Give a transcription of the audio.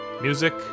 Music